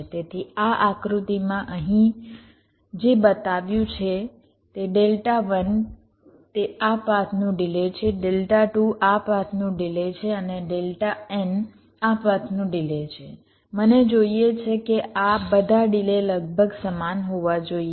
તેથી આ આકૃતિમાં મેં અહીં જે બતાવ્યું છે તે આ પાથનું ડિલે છે આ પાથનું ડિલે છે અને આ પાથનું ડિલે છે મને જોઇએ છે કે આ બધા ડિલે લગભગ સમાન હોવા જોઈએ